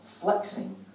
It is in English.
flexing